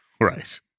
Right